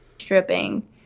stripping